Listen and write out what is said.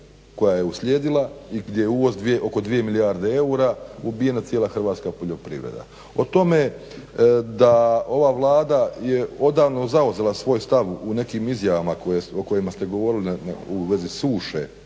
koja je uslijedila i gdje je uvoz oko 2 milijarde eura ubijena cijela hrvatska poljoprivreda. O tome da ova Vlada je odavno zauzela svoj stav u nekim izjavama o kojima ste govorili u vezi suše,